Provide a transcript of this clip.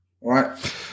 right